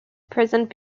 present